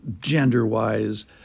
gender-wise